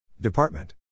Department